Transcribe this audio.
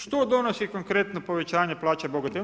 Što donosi konkretno povećanje plaća bogatima?